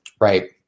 Right